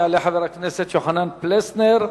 יעלה חבר הכנסת יוחנן פלסנר.